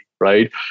right